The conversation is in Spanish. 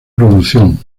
producción